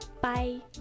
Bye